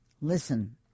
listen